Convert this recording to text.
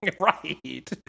Right